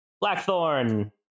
Blackthorn